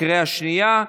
בקריאה שנייה,